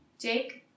jake